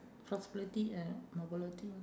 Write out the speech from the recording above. flexibility and mobility